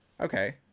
Okay